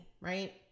right